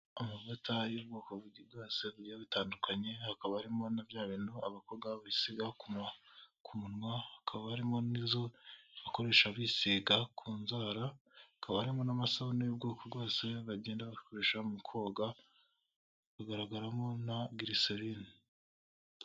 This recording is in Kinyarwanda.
Amavuta y'ubwoko butandukanye hakaba harimo na bya bintu abakobwa bisiga ku munwa, hakaba harimo n'izo bakoresha bisiga ku nzara, kaba harimo n'amasabune'ubwoko bw'abasaya bagenda bakoresha mu koga bagaragaramo na glecerine.